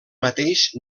mateix